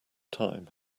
time